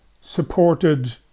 supported